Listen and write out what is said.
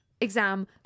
exam